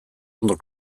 ondo